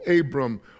Abram